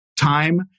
time